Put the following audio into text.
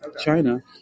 China